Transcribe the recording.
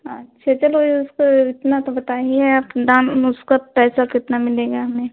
अच्छा चलो उसको इतना तो बताइए आप दाम उसका पैसा कितना मिलेगा हमें